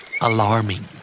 Alarming